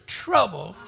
trouble